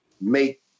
make